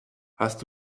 hast